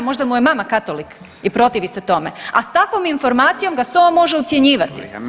Možda mu je mama katolik i protivi se tome, a s takvom informacijom ga SOA može ucjenjivati